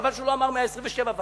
חבל שהוא לא אמר 127 וחצי,